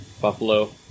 Buffalo